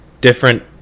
different